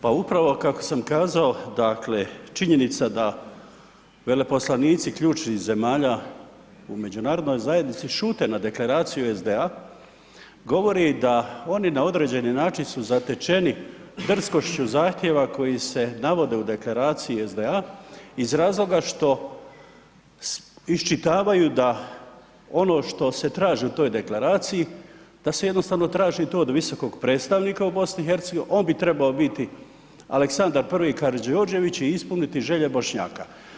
Pa upravo kako sam kazao, dakle činjenica da veleposlanici ključnih zemalja u međunarodnoj zajednici šute na Deklaraciju SDA govori da oni na određeni način su zatečeni drskošću zahtjeva koji se navode u Deklaraciji SDA iz razloa što iščitavaju da ono što se traži u toj deklaraciji da se jednostavno to traži od visokog predstavnika u BiH, on bi trebao biti Aleksandar I. Karađorđević i ispuniti želje Bošnjaka.